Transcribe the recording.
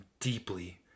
deeply